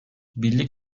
birlik